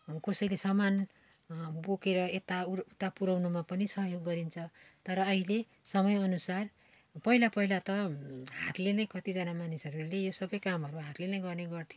अनि कसैले सामान बोकेर यता उता पुर्याउनुमा पनि सहयोग गरिन्छ तर अहिले समय अनुसार पहिला पहिला त हातले नै कतिजना मानिसहरूले यो सब कामहरू हातले नै गर्ने गर्थ्यो